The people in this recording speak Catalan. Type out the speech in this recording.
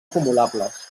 acumulables